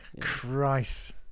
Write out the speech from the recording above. christ